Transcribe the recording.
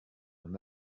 mon